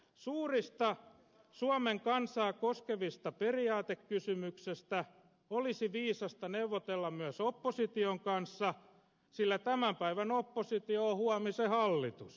suurista suomen kansaa koskevista periaatekysymyksistä olisi viisasta neuvotella myös opposition kanssa sillä tämän päivän oppositio on huomisen hallitus